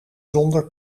zonder